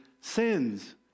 sins